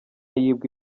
yibwe